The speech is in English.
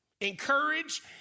Encourage